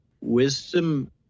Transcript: wisdom